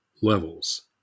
levels